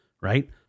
right